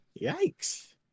Yikes